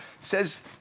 says